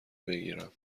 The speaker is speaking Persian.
بگیرم